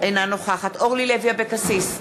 אינה נוכחת אורלי לוי אבקסיס,